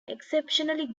exceptionally